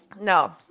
No